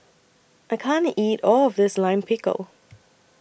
I can't eat All of This Lime Pickle